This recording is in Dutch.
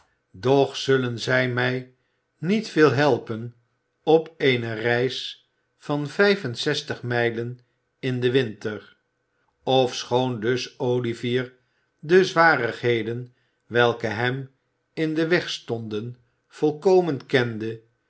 doch zullen zij mij niet veel helpen op eene reis van vijf en zestig mijlen in den winter ofschoon dus olivier de zwarigheden welke hem in den weg stonden volkomen kende